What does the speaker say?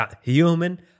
Human